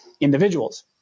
individuals